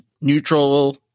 neutral